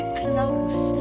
close